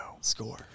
score